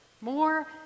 More